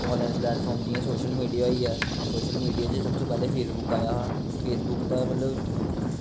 आन line platform जियां social मीडियां होईया सोशल मीडिया च सब तो पैह्ले फेसबुक आया हा फेसबुक दा मतलव